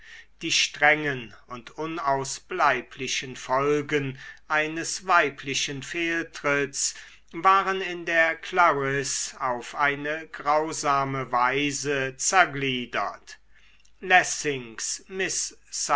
die strengen und unausbleiblichen folgen eines weiblichen fehltritts waren in der clarisse auf eine grausame weise zergliedert lessings miß